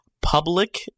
public